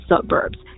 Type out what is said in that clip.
suburbs